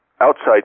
outside